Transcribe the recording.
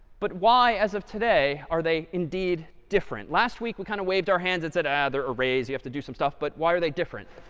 but why as of today, are they indeed different? last week we kind of waved our hands and said, ah, they're arrays, you have to do some stuff. but why are they different?